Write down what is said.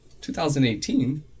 2018